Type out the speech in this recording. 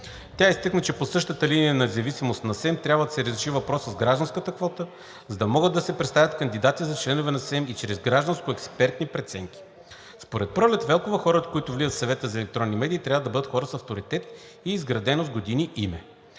Тя изтъкна, че по същата линия на независимост на СЕМ трябва да се разреши въпросът с гражданската квота, за да могат да се представят канадидати за членове на СЕМ и чрез гражданско-експертни преценки. Според Пролет Велкова хората, които влизат в Съвета за електронни медии, трябва да бъдат хора с авторитет и изградено с годините име.